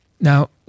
Now